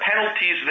penalties